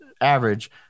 average